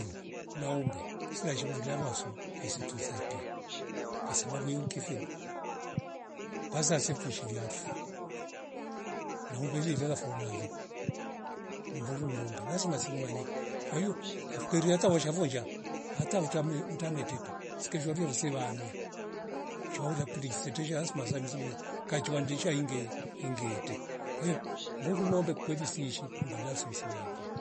Ruo na umbe sila ishubu lamwa su hesituza ipia kwasababu yu nkifeo, kwanza se fushiria fuu na uvereli lela faunalo mburu na umbe lazima sing manye faio hafukeria ata washavonja hata vutamle utameteta sikinjiwa viyosie wamia shauria puri setesha aza maza mizimuya kachua nduchia inge- ingete kwahio vurum na umbekukweli sieshia ndula siwesi elia